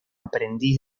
aprendiz